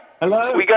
Hello